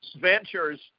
ventures